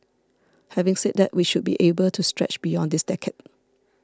having said that we should be able to stretch beyond this decade